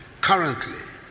currently